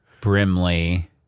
Brimley